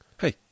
Hey